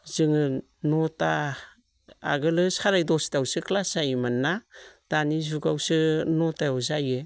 जोङो नौता आगोलाव सारे दसतायावसो क्लास जायोमोन ना दानि जुगावसो नौतायाव जायो